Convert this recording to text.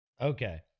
Okay